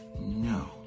No